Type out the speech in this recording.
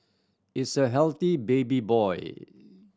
it's a healthy baby boy